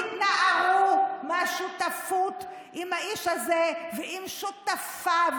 תתנערו מהשותפות עם האיש הזה ועם שותפיו,